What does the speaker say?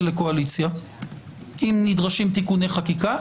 לקואליציה אם נדרשים תיקוני חקיקה,